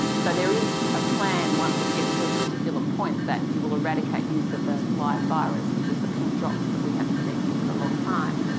so there is a plan once it gets to a particular point that you will eradicate use of the live virus, which is the pink drops that we haven't seen here for a long time,